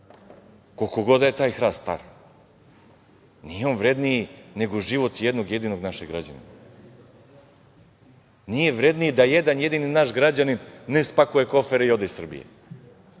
Koliko god da je taj hrast star nije on vredniji nego život jednog jedinog našeg građanina. Nije vredniji da jedan jedini naš građanin ne spakuje kofere i ode iz Srbije,